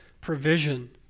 provision